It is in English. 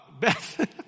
Beth